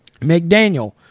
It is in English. McDaniel